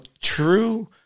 true